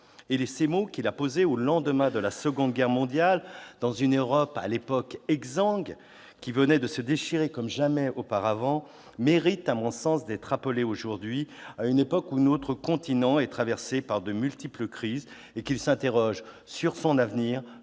de l'Europe, ont été écrits au lendemain de la Seconde Guerre mondiale, dans une Europe exsangue qui venait de se déchirer comme jamais auparavant. Ils méritent, à mon sens, d'être rappelés aujourd'hui, à une époque où notre continent est traversé par de multiples crises et s'interroge sur son avenir,